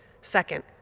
second